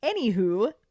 Anywho